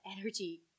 energy